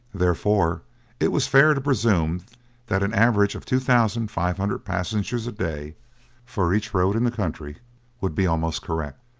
therefore it was fair to presume that an average of two thousand five hundred passengers a day for each road in the country would be almost correct.